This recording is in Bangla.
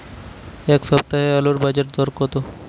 এ সপ্তাহে আলুর বাজারে দর কত?